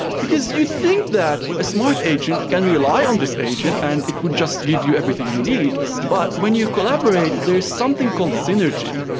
because you'd think that a smart agent, can rely on this agent and it will just to give you everything you need, but when you collaborate there is something called synergy,